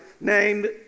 named